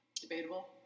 Debatable